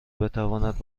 بتواند